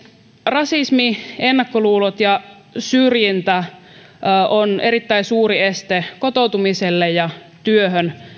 rasismi ennakkoluulot ja syrjintä ovat erittäin suuri este kotoutumiselle ja työhön